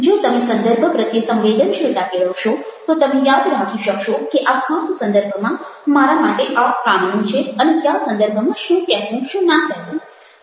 જો તમે સંદર્ભ પ્રત્યે સંવેદનશીલતા કેળવશો તો તમે યાદ રાખી શકશો કે આ ખાસ સંદર્ભમાં મારા માટે આ કામનું છે અને કયા સંદર્ભમાં શું કહેવું શું ના કહેવું